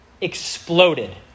exploded